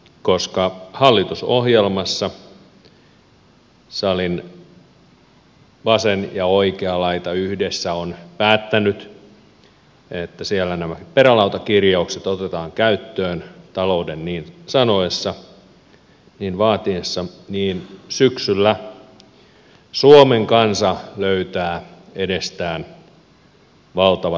koska hallitusohjelmassa salin vasen ja oikea laita yhdessä ovat päättäneet että siellä nämä perälautakirjaukset otetaan käyttöön talouden niin vaatiessa niin syksyllä suomen kansa löytää edestään valtavat leikkauslistat